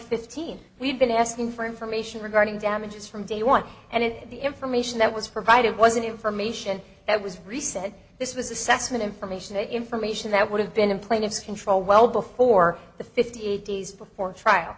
fifteen we've been asking for information regarding damages from day one and the information that was provided wasn't information that was reset this was assessment information information that would have been in plaintiff's control well before the fifty eight days before trial